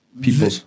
people